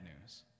news